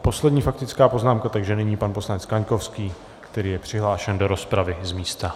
Poslední faktická poznámka, takže nyní pan poslanec Kaňkovský, který je přihlášen do rozpravy z místa.